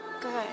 Good